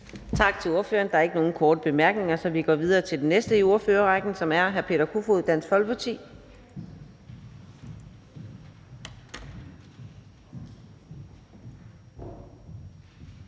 Tak til ordføreren. Der er ikke nogen korte bemærkninger, så vi går videre til den næste ordfører i rækken, som er fru Charlotte Bagge Hansen